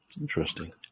Interesting